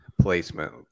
placement